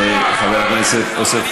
חבר הכנסת אורן,